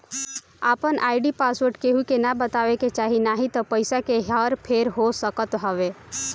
आपन ID password केहू के ना बतावे के चाही नाही त पईसा के हर फेर हो सकत हवे